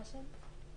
מה השאלה?